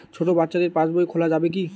ছোট বাচ্চাদের পাশবই খোলা যাবে কি?